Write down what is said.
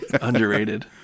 underrated